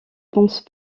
pense